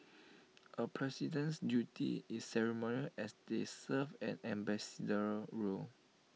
A president's duty is ceremonial as they serve an ambassadorial role